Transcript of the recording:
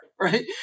right